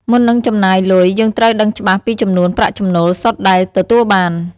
មុននឹងចំណាយលុយ យើងត្រូវដឹងច្បាស់ពីចំនួនប្រាក់ចំណូលសុទ្ធដែលទទួលបាន។